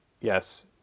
yes